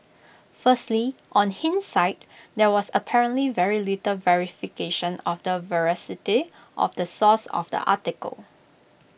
firstly on hindsight there was apparently very little verification of the veracity of the source of the article